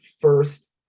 first